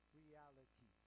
reality